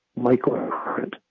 microcurrent